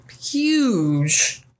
huge